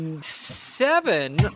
seven